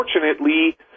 Unfortunately